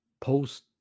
post